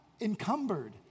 encumbered